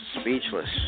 speechless